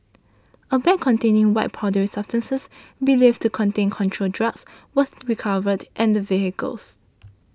a bag containing white powdery substances believed to contain controlled drugs was recovered in the vehicles